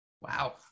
Wow